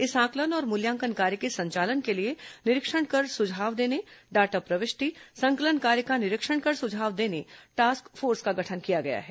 इस आंकलन और मूल्यांकन कार्य के संचालन के लिए निरीक्षण कर सुझाव देने डाटा प्रविष्टि संकलन कार्य का निरीक्षण कर सुझाव देने टास्क फोर्स का गठन किया गया है